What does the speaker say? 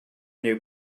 knew